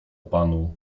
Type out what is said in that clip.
panu